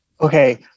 Okay